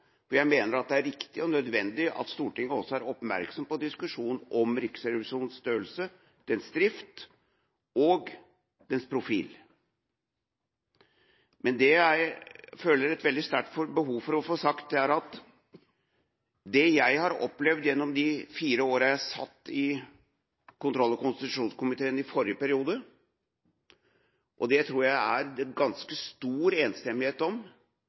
jeg mener at det er riktig og nødvendig at Stortinget også er oppmerksom på diskusjonen om Riksrevisjonens størrelse, dens drift og dens profil. Men det jeg føler et veldig sterkt behov for å få sagt, er at det jeg har opplevd gjennom de fire årene jeg satt i kontroll- og konstitusjonskomiteen i forrige periode – og det tror jeg det er ganske stor enighet om